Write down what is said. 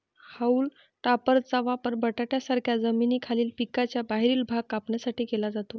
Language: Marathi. हाऊल टॉपरचा वापर बटाट्यांसारख्या जमिनीखालील पिकांचा बाहेरील भाग कापण्यासाठी केला जातो